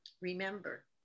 remember